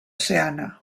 seana